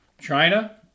China